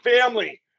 family